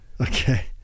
Okay